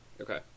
Okay